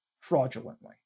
fraudulently